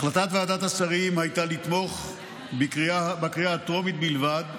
החלטת ועדת השרים הייתה לתמוך בקריאה הטרומית בלבד,